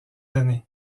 années